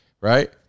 right